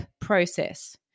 process